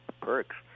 perks